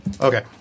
Okay